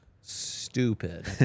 stupid